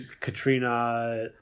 katrina